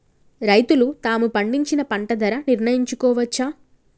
రైతులు తాము పండించిన పంట ధర నిర్ణయించుకోవచ్చా?